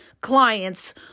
clients